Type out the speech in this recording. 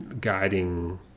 guiding